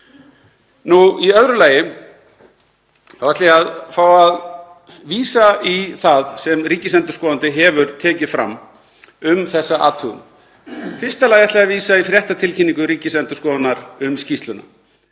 Í öðru lagi ætla ég að fá að vísa í það sem ríkisendurskoðandi hefur tekið fram um þessa athugun. Í fyrsta lagi ætla ég að vísa í fréttatilkynningu Ríkisendurskoðunar um skýrsluna.